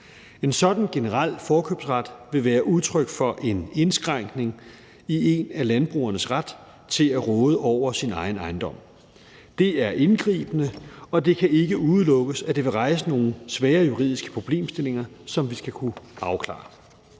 En sådan generel forkøbsret vil være udtryk for en indskrænkning af landbrugernes ret til at råde over deres egen ejendom. Det er indgribende, og det kan ikke udelukkes, at det vil rejse nogle svære juridiske problemstillinger, som vi skal kunne afklare.